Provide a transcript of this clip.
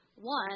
one